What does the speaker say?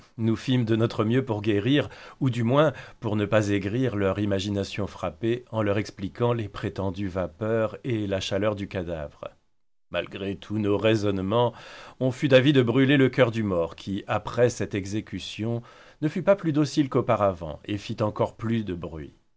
nous fîmes de notre mieux pour guérir ou du moins pour ne pas aigrir leur imagination frappée en leur expliquant les prétendues vapeurs et la chaleur du cadavre malgré tous nos raisonnemens on fut d'avis de brûler le coeur du mort qui après cette exécution ne fut pas plus docile qu'auparavant et fit encore plus de bruit